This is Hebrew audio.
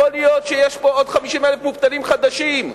להיות שיש פה עוד 50,000 מובטלים חדשים?